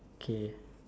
K